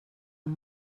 amb